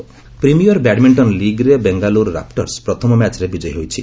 badminton premier badminton ଲିଗ୍ରେ Bengaluru Raptors ପ୍ରଥମ ମ୍ୟାଚ୍ରେ ବିଜୟୀ ହୋଇଛି